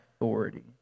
authority